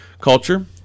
culture